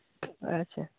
ᱟᱪᱪᱷᱟ